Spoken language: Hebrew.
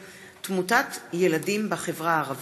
של חבר הכנסת יוסף ג'בארין בנושא: תמותת ילדים בחברה הערבית.